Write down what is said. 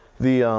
the